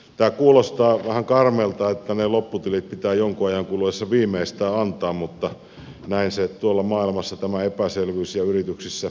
tämä kuulostaa vähän karmealta että ne lopputilit pitää jonkun ajan kuluessa viimeistään antaa mutta tällainen epäselvyys se tuolla maailmassa ja yrityksissä valitettavasti on